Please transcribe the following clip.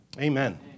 amen